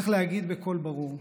צריך להגיד בקול ברור: